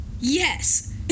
Yes